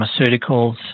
pharmaceuticals